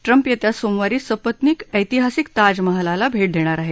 Trump येत्या सोमवारी सपत्नीक ऐतिहासिक ताज महालाला भे देणार आहेत